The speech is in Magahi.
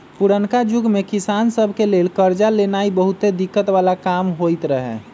पुरनका जुग में किसान सभ के लेल करजा लेनाइ बहुते दिक्कत् बला काम होइत रहै